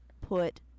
put